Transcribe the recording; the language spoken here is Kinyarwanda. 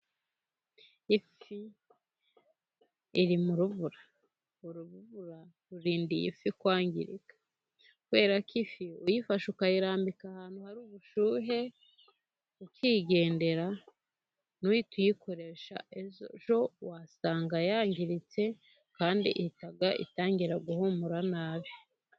Ifi iri mu rubura. Uru rubura rurindanda iyi fi kwangirika. Kuberara ko ifi uyifashe ukayirambika ahantu hari ubushyuhe ukigendera ntuihite uyikoresha, ejo wasanga yangiritse, kandi ihita itangira guhumura nabi.